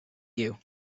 you